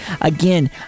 Again